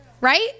Right